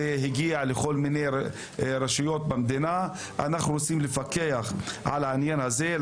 זה הגיע לכל מיני רשויות במדינה ואנחנו רוצים לפקח על העניין הזה.